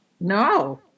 No